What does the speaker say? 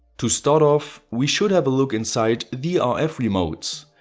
to start off we should have a look inside the um rf remotes,